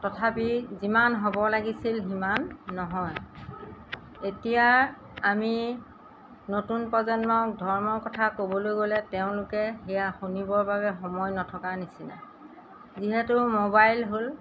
তথাপি যিমান হ'ব লাগিছিল সিমান নহয় এতিয়া আমি নতুন প্ৰজন্মক ধৰ্মৰ কথা ক'বলৈ গ'লে তেওঁলোকে সেয়া শুনিবৰ বাবে সময় নথকা নিচিনা যিহেতু মোবাইল হ'ল